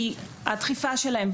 כי הדחיפה שלהם,